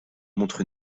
montre